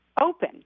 open